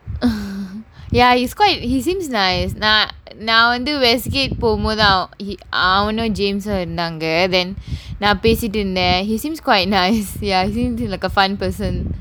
ya he's quite he's seems nice நான் நான் வந்து:naan naan vanthu போகும் போது அவன்:pogum pothu avan he அவனும்:avanum james உம் இருந்தாங்க:um irunthaanga then நான் பேசிட்டு இருந்தேன்:naan pesittu irunthaen he seems quite nice ya as in like a fun person